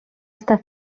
estar